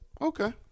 Okay